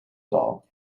zaal